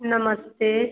नमस्ते